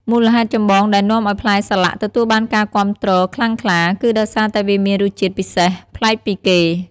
មូលហេតុចម្បងដែលនាំឱ្យផ្លែសាឡាក់ទទួលបានការគាំទ្រខ្លាំងក្លា គឺដោយសារតែវាមានរសជាតិពិសេស ប្លែកពីគេ។